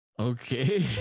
okay